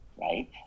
right